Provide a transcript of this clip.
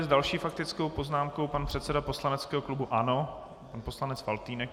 S další faktickou poznámkou pan předseda poslaneckého klubu ANO poslanec Faltýnek.